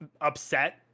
upset